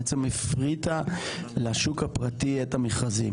בעצם הפריטה לשוק הפרטי את המכרזים.